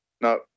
No